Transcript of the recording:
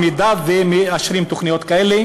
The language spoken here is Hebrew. במידה שמאשרים תוכניות כאלה,